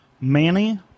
Manny